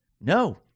No